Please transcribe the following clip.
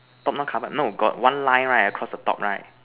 top not covered no got one line right across the top right